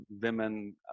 women